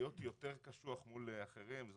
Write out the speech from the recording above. להיות יותר קשוח מול אחרים.